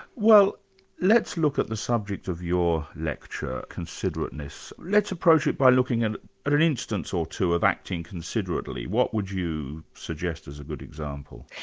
well let's look at the subject of your lecture, considerateness. let's approach it by looking at at an instance or two of acting considerately. what would you suggest is a good example?